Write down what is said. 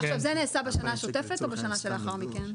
זה נעשה בשנה השוטפת, או בשנה שלאחר מכן?